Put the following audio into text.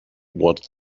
what